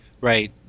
right